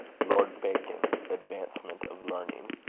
lord bacon's advancement of learning,